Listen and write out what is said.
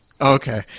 Okay